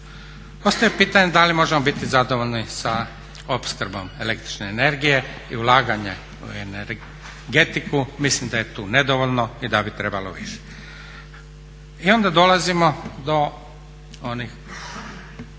Ostaje pitanje da li možemo biti zadovoljni sa opskrbom električne energije i ulaganje u energetiku. Mislim da je tu nedovoljno i da bi trebalo više. I onda dolazimo do onih